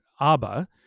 Abba